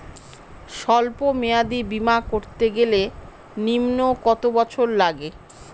সল্প মেয়াদী বীমা করতে গেলে নিম্ন কত বছর লাগে?